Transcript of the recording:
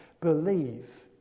Believe